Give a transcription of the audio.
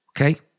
Okay